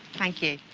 thank you.